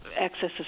accesses